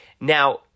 Now